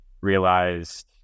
realized